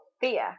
fear